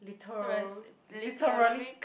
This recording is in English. the rest live the memory